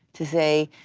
to say,